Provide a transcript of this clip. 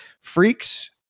Freaks